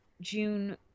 June